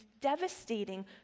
devastating